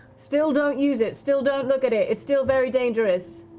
still don't use it, still don't look at it, it's still very dangerous!